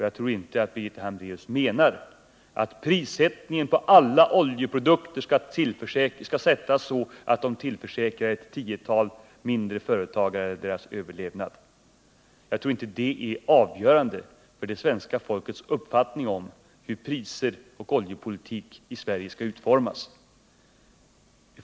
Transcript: Jag tror inte att Birgitta Hambraeus anser att prissättningen på alla oljeprodukter skall vara sådan att den tillförsäkrar ett tiotal mindre företagare deras överlevnad. Jag tror inte att detta är i enlighet med det svenska folkets uppfattning om hur prisoch oljepolitik skall utformas i Sverige.